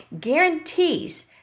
guarantees